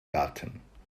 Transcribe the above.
garten